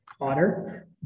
otter